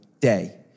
day